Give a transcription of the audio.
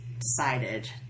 decided